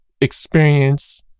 experience